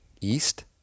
east